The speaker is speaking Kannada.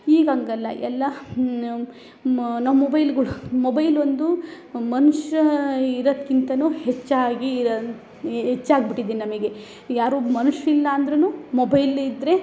ಈಗ ಹಂಗಲ್ಲ ಎಲ್ಲ ನಾ ಮೊಬೈಲ್ಗಳು ಮೊಬೈಲ್ ಒಂದು ಮನುಷ್ಯ ಇರೋಕ್ಕಿಂತ ಹೆಚ್ಚಾಗಿ ಹೆಚ್ಚಾಗ್ಬಿಟ್ಟೆದೆ ನಮಗೆ ಯಾರೊ ಒಬ್ಬ ಮನುಷ್ಶ ಇಲ್ಲ ಅಂದ್ರು ಮೊಬೈಲ್ ಇದ್ರೆ